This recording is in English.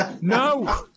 No